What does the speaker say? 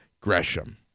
gresham